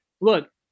Look